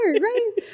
Right